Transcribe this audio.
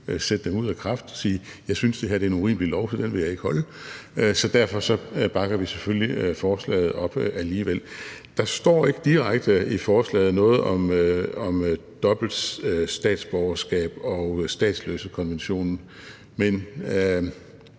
sætte dem ud af kraft og sige: Jeg synes, det her er en urimelig lov, så den vil jeg ikke overholde. Derfor bakker vi selvfølgelig forslaget op alligevel. Der står ikke direkte i forslaget noget om dobbelt statsborgerskab og statsløsekonventionen, men